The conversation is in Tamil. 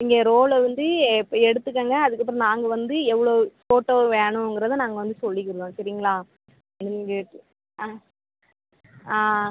நீங்கள் ரோல வந்து இப்போ எடுத்துக்கொங்க அதுக்கப்புறம் நாங்கள் வந்து எவ்வளோ ஃபோட்டோ வேணுங்கிறதை நாங்கள் வந்து சொல்லிக்கிருவோம் சரிங்களா நீங்கள் எடுத் ஆ ஆ